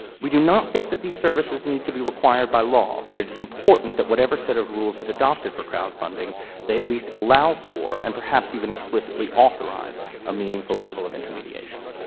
we do not think that these services need to be required by law, but it is important that whatever set of rules is adopted for crowdfunding they at least allow for and perhaps even explicitly authorize a meaningful level of intermediation.